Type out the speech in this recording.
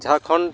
Jharkhand